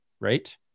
right